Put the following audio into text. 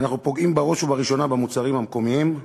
אנחנו פוגעים בראש ובראשונה במוצרים המקומיים,